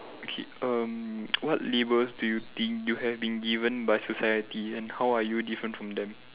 okay um what labels do you think you have been given by society and how are you different from them